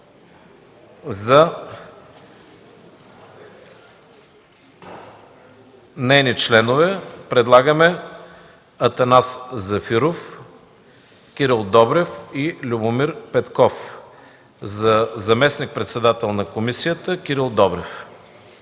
За нейни членове предлагаме Атанас Зафиров, Кирил Добрев и Любомир Петков. За заместник-председател на комисията предлагаме